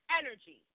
energy